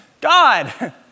God